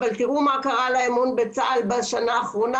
אבל תראו מה קרה לאמון בצה"ל בשנה האחרונה.